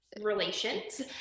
relations